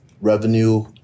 revenue